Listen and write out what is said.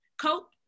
cope